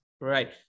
Right